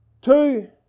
Two